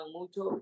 mucho